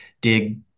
dig